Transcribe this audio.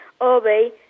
obey